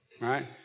right